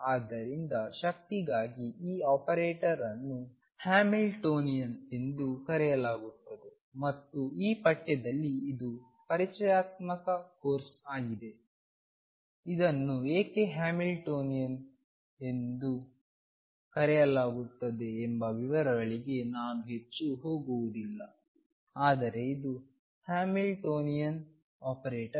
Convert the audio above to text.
ಆದ್ದರಿಂದ ಶಕ್ತಿಗಾಗಿ ಈ ಆಪರೇಟರ್ ಅನ್ನು ಹ್ಯಾಮಿಲ್ಟೋನಿಯನ್ ಎಂದು ಕರೆಯಲಾಗುತ್ತದೆ ಮತ್ತು ಈ ಪಠ್ಯದಲ್ಲಿ ಇದು ಪರಿಚಯಾತ್ಮಕ ಕೋರ್ಸ್ ಆಗಿದೆ ಇದನ್ನು ಏಕೆ ಹ್ಯಾಮಿಲ್ಟೋನಿಯನ್ ಎಂದು ಕರೆಯಲಾಗುತ್ತದೆ ಎಂಬ ವಿವರಗಳಿಗೆ ನಾನು ಹೆಚ್ಚು ಹೋಗುವುದಿಲ್ಲ ಆದರೆ ಇದು ಹ್ಯಾಮಿಲ್ಟೋನಿಯನ್ ಆಪರೇಟರ್